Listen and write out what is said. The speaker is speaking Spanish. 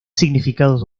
significados